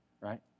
right